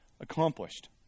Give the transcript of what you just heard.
accomplished